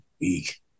Week